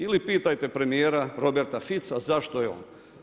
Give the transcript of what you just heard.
Ili pitajte premjera Roberta Fitza, zašto je on.